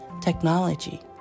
technology